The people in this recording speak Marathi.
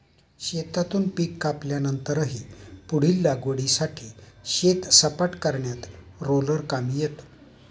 शेतातून पीक कापल्यानंतरही पुढील लागवडीसाठी शेत सपाट करण्यात रोलर कामी येतो